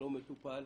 לא מטופל,